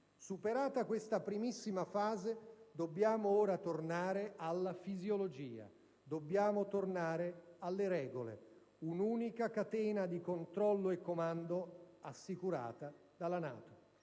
Superata questa primissima fase, dobbiamo ora tornare alla fisiologia, dobbiamo tornare alle regole: un'unica catena di controllo e comando assicurata dalla NATO.